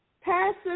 Passive